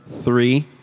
three